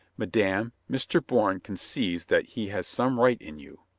madame, mr. bourne conceives that he has some right in you.